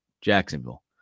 Jacksonville